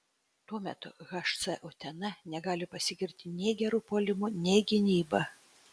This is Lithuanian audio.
tuo metu hc utena negali pasigirti nei geru puolimu nei gynyba